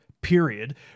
period